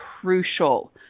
crucial